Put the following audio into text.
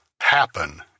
happen